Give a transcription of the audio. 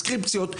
פרסקריפציות,